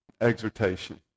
exhortation